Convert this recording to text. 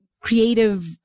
creative